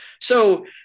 So-